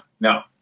no